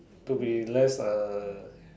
to be less uh